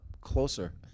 closer